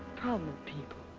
common people.